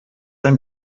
ein